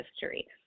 history